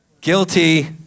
Guilty